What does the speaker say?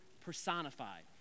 personified